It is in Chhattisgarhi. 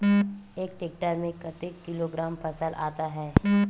एक टेक्टर में कतेक किलोग्राम फसल आता है?